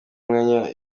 myanya